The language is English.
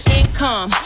income